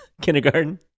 kindergarten